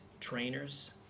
trainers